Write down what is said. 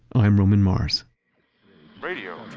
i'm roman mars radio